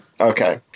Okay